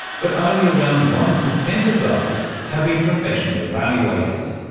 but only around one percent of those have been professionally evaluated.